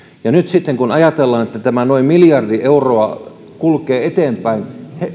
nyt sitten kun ajatellaan että tämä noin miljardi euroa kulkee eteenpäin